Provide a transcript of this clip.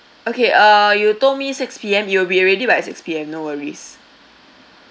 okay uh you told me six P_M it will be ready by six P_M no worries